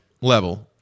level